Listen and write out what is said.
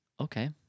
Okay